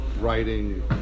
Writing